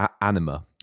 Anima